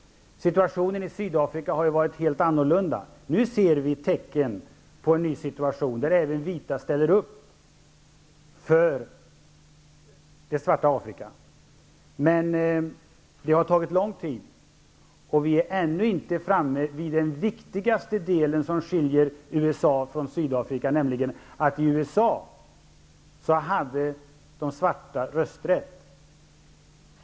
Situationen i Sydafrika har varit helt annorlunda. Nu ser vi tecken på en ny situation, där även vita ställer upp för det svarta Afrika. Men det har tagit lång tid. Vi är ännu inte framme vid den viktigaste delen, som skiljer USA från Sydafrika. I USA hade de svarta rösträtt.